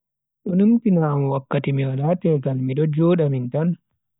Do numtina am wakkati mi wala tegal mido joda min tan.